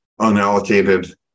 unallocated